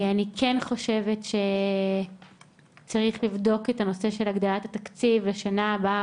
אני כן חושבת שצריך לבדוק את הנושא של הגדלת התקציב לשנה הבאה,